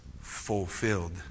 fulfilled